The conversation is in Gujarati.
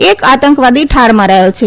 એક આતંકવાદી ઠાર મરાથો છે